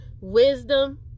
Wisdom